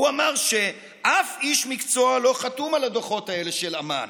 הוא אמר שאף איש מקצוע לא חתום על הדוחות האלה של אמ"ן,